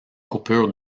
coupure